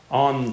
on